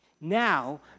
Now